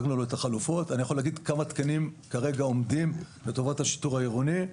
אני יכול להגיד כמה תקנים כרגע עומדים לטובת השיטור העירוני,